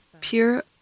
pure